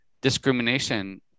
discrimination